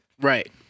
Right